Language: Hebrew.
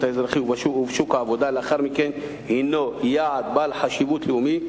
האזרחי ובשוק העבודה לאחר מכן הינו יעד בעל חשיבות לאומית,